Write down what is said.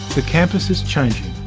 the campus is changing,